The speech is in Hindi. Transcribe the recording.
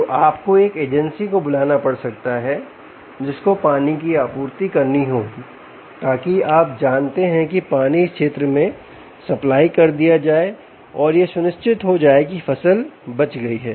तो आपको एक एजेंसी को बुलाना पड़ सकता है जिसको पानी की आपूर्ति करनी होगी ताकि आप जानते हैं कि पानी इस क्षेत्र में सप्लाई कर दिया जाए और यह सुनिश्चित हो जाए की फसल बच गई है